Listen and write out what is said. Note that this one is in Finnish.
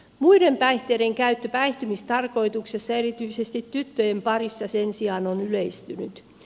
muiden päihteiden käyttö päihtymistarkoituksessa erityisesti tyttöjen parissa sen sijaan on yleistynyt